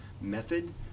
method